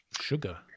Sugar